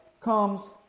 comes